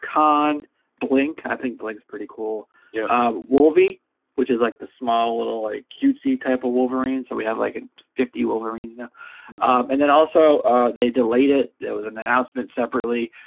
conned blink i think blinks pretty cool yeah ah wolvie which is like the small little like cutesy type of wolverine so we have like a fifty wolverines now and then also they delayed it it was an announcement separately